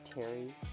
Terry